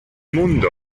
mundo